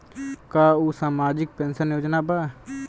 का उ सामाजिक पेंशन योजना बा?